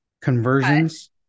Conversions